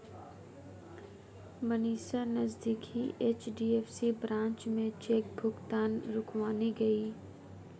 अमीषा नजदीकी HDFC branch में cheque भुगतान रुकवाने गई